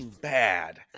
bad